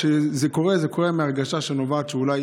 כשזה קורה זה קורה מההרגשה שנובעת מזה שאולי